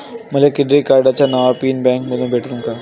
मले क्रेडिट कार्डाचा नवा पिन बँकेमंधून भेटन का?